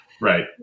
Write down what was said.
Right